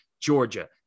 Georgia